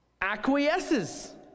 acquiesces